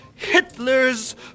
Hitler's